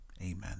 Amen